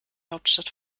hauptstadt